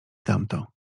tamto